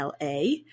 LA